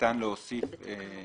להוסיף את